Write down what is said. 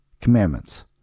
commandments